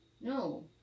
no